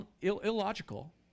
illogical